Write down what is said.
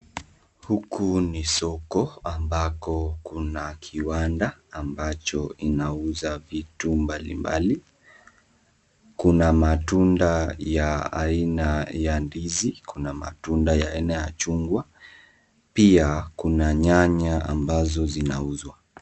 Huku ni soko ambako kuna kiwanda ambacho inauza vitu mbalimbali. Kuna matunda ya aina ya ndizi, kuna matunda ya aina ya chungwa, pia kuna nyanya ambazo zinauzwa.